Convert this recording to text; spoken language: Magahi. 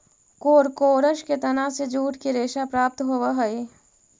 कोरकोरस के तना से जूट के रेशा प्राप्त होवऽ हई